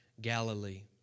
Galilee